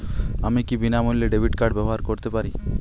আমি কি বিনামূল্যে ডেবিট কার্ড ব্যাবহার করতে পারি?